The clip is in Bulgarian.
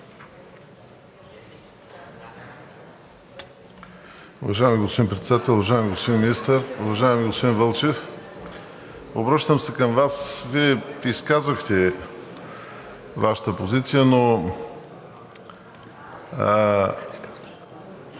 Вие изказахте Вашата позиция, но